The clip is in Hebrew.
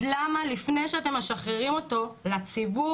אז למה לפני שאתם משחררים אותו לציבור,